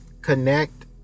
connect